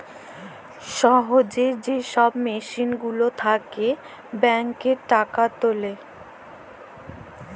সহজে যে ছব মেসিল গুলার থ্যাকে ব্যাংকটর টাকা তুলে